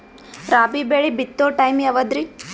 ರಾಬಿ ಬೆಳಿ ಬಿತ್ತೋ ಟೈಮ್ ಯಾವದ್ರಿ?